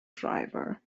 driver